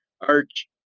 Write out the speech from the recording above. Arch